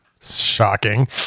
Shocking